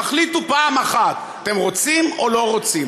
תחליטו פעם אחת, אתם רוצים או לא רוצים.